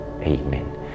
Amen